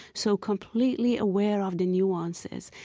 so completely aware of the nuances,